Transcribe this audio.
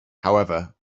however